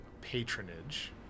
patronage